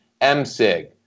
MSIG